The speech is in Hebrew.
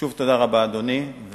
שוב תודה רבה, אדוני.